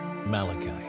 Malachi